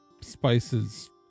spices